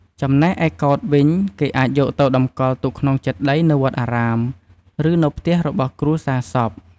ចំណែកឯកោដ្ឋវិញគេអាចយកទៅតម្កល់ទុកក្នុងចេតិយនៅវត្តអារាម ឬនៅផ្ទះរបស់គ្រួសារសព។